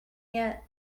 yet